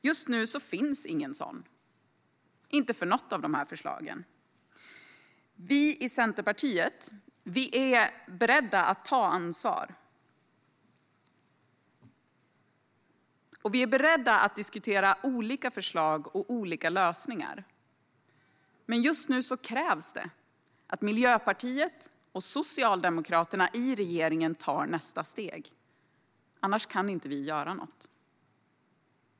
Just nu finns ingen sådan - inte för något av dessa förslag. Vi i Centerpartiet är beredda att ta ansvar, och vi är beredda att diskutera olika förslag och olika lösningar. Men just nu krävs att Miljöpartiet och Socialdemokraterna i regeringen tar nästa steg. Annars kan inte vi göra något.